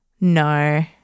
No